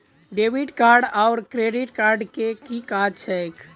Debit card आओर credit card केँ की काज छैक?